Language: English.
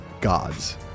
gods